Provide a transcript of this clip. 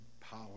power